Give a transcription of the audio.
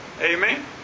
Amen